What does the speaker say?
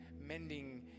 mending